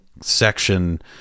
section